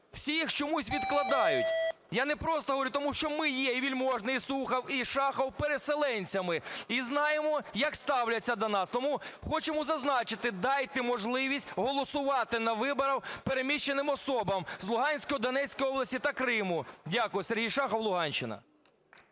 всі їх чомусь відкладають. Я не просто говорю, тому що ми є - і Вельможний, і Сухов, і Шахов – переселенцями, і знаємо, як ставляться до нас. Тому хочемо зазначити: дайте можливість голосувати на виборах переміщеним особам з Луганської, Донецької області та Криму. Дякую. Сергій Шахов, Луганщина.